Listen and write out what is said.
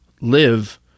live